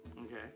Okay